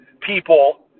people